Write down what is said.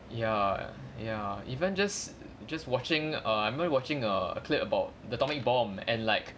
ya ya even just just watching err I'm watching a clip about the atomic bomb and like